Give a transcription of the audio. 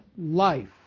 life